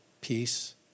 Peace